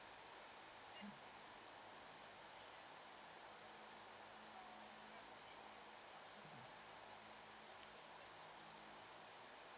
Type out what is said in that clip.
mm